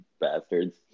bastards